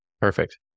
Perfect